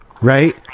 right